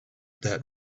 that